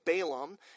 Balaam